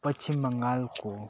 पश्चिम बङ्गालको